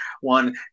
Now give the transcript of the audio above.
one